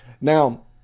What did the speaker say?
Now